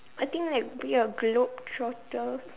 I think like be a globetrotter